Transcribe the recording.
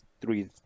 three